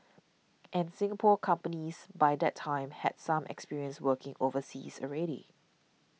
and Singapore companies by that time had some experience working overseas already